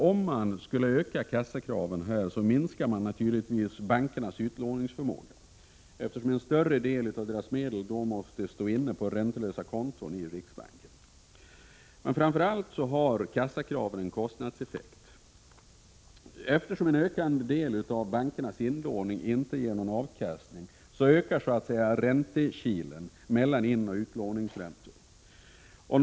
Om man ökar kassakraven, minskar man naturligtvis bankernas utlåningsförmåga, eftersom en större del av deras medel då måste stå inne på räntelösa konton i riksbanken. Framför allt har kassakraven en kostnadseffekt. Eftersom en ökande del av bankernas inlåning inte ger någon avkastning, ökar ”räntekilen” mellan inoch utlåningsräntor.